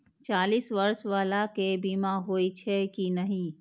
चालीस बर्ष बाला के बीमा होई छै कि नहिं?